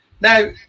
Now